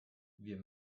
wir